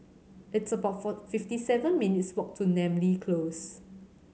it's about four fifty seven minutes' walk to Namly Close